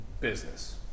business